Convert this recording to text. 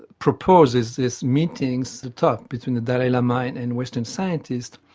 proposes these meetings to talk between the dalai lama and and western scientists,